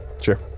sure